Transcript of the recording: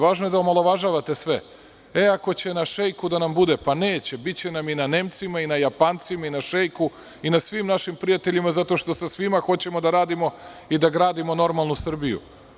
Važno je da omalovažavate sve, e ako će na šejku da nam bude, pa neće, biće n nam i na Nemcima i na Japancima i na šejku i na svim našim prijateljima, zato što sa svima hoćemo da radimo i da gradimo normalnu Srbiju.